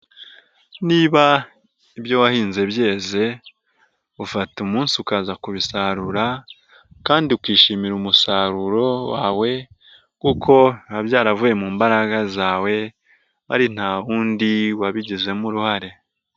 Niba ibyo wahinze byeze ufata umunsi ukaza kubisarura kandi ukishimira umusaruro wawe kuko biba byaravuye mu mbaraga zawe, ari nta wundi wabigizemo uruhare.